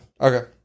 Okay